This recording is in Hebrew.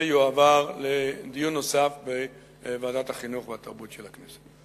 יועבר לדיון נוסף בוועדת החינוך והתרבות של הכנסת.